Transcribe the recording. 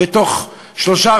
בתוך 3,